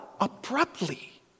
abruptly